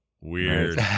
weird